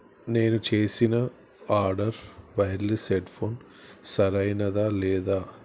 నేను చేసిన order wireless headphone సరైనదా లేదా